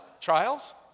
Trials